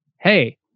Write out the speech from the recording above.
hey